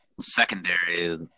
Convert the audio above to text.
secondary